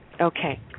Okay